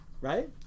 right